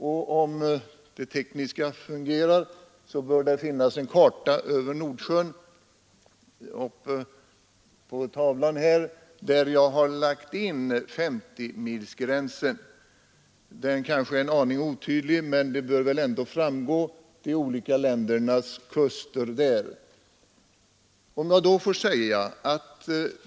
På TV-skärmen visar jag nu en karta över Nordsjön där jag har lagt in 50 sjömils gränser och där de olika ländernas kuster framgår.